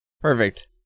Perfect